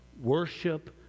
Worship